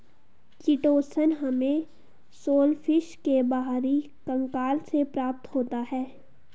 chitosan हमें shellfish के बाहरी कंकाल से प्राप्त होता है